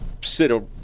sit